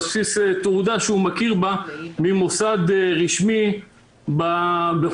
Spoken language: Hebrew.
בסיס תעודה שהוא מכיר בה ממוסד רשמי בחו"ל.